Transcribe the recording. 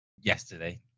yesterday